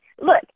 Look